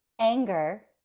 anger